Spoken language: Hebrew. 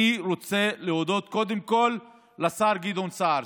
אני רוצה להודות קודם כול לשר גדעון סער,